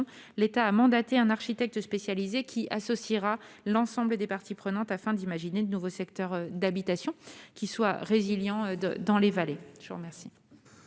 l'État a mandaté un architecte spécialisé, qui associera l'ensemble des parties prenantes, afin d'imaginer de nouveaux secteurs d'habitation résilients dans les vallées.